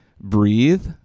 breathe